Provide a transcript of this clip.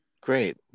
Great